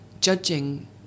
judging